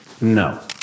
No